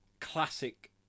classic